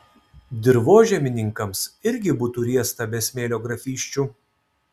dirvožemininkams irgi būtų riesta be smėlio grafysčių